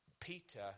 Peter